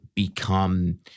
Become